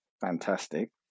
fantastic